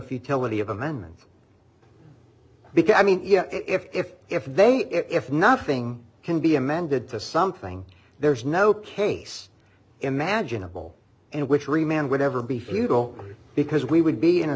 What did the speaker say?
futility of amendments because i mean if if they if nothing can be amended to something there's no case imaginable and witchery man would ever be futile because we would be in a